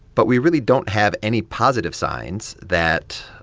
but we really don't have any positive signs that,